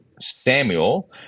Samuel